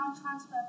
transfer